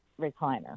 recliner